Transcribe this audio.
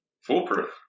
Foolproof